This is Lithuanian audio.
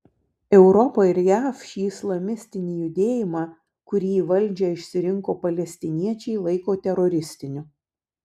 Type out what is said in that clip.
europa ir jav šį islamistinį judėjimą kurį į valdžią išsirinko palestiniečiai laiko teroristiniu